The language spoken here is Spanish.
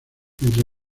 entre